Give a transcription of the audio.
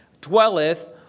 dwelleth